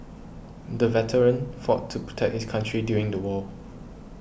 the veteran fought to protect his country during the war